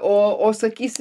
o o sakys